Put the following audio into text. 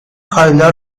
کایلا